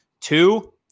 Two